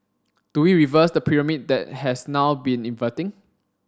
do we reverse the pyramid that has now been inverting